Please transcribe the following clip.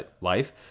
life